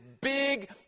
Big